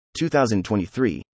2023